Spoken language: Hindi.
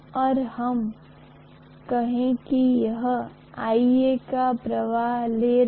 यह निश्चित रूप से चुंबकीय क्षेत्र लाइनों का निर्माण करेगा